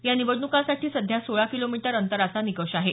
या निवडणूकांसाठी सध्या सोळा किलोमीटर अंतराचा निकष आहे